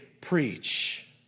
preach